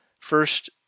First